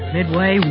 Midway